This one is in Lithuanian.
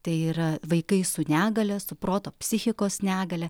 tai yra vaikai su negalia su proto psichikos negalia